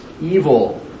evil